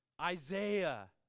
Isaiah